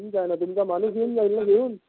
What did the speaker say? ठिक आहे ना तुमचा माणूस येऊन जाईल घेऊन